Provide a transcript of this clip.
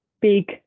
big